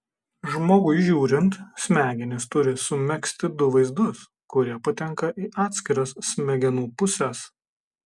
žmogui žiūrint smegenys turi sumegzti du vaizdus kurie patenka į atskiras smegenų puses